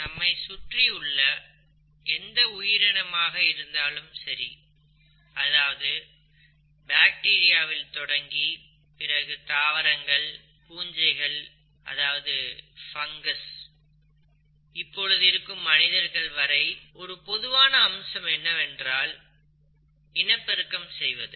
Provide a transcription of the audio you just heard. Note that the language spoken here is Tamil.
நம்மை சுற்றியுள்ள எந்த உயிரினமாக இருந்தாலும் சரி அதாவது பாக்டீரியாவில் தொடங்கி தாவரங்கள் பூஞ்சைகள் மனிதர்கள் வரை இருக்கும் ஒரு பொதுவான அம்சம் என்னவென்றால் இனப்பெருக்கம் செய்வது